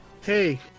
hey